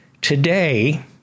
Today